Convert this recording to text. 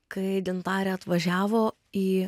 kai gintarė atvažiavo į